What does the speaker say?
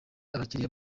abakiriya